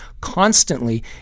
constantly